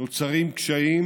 נוצרים קשיים,